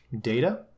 data